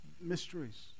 mysteries